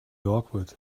awkward